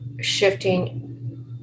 shifting